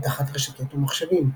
אבטחת רשתות ומחשבים,